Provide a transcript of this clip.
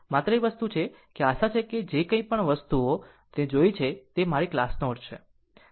માત્ર વસ્તુ એ છે કે આશા છે કે અહીં જે કંઇપણ વસ્તુઓ તેને જોઈ છે તે મારી ક્લાસ નોટ્સ છે